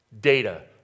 Data